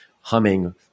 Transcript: humming